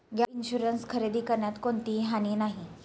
gap insurance खरेदी करण्यात कोणतीही हानी नाही